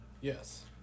Yes